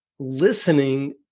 Listening